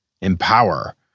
empower